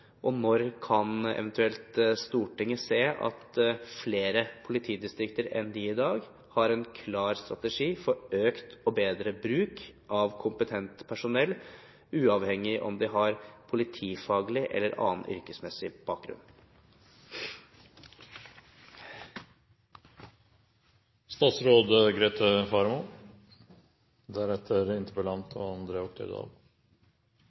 og når kan eventuelt Stortinget se at flere politidistrikter enn i dag har en klar strategi for økt og bedre bruk av kompetent personell, uavhengig av om de har politifaglig eller annen yrkesmessig bakgrunn?